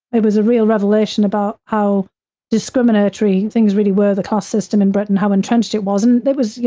it was a real revelation about how discriminatory things really were the caste system in britain, how entrenched it was. and there was, you